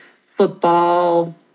football